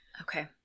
Okay